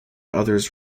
others